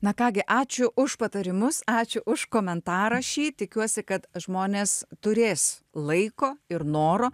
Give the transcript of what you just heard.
na ką gi ačiū už patarimus ačiū už komentarą šį tikiuosi kad žmonės turės laiko ir noro